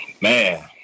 Man